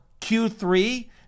Q3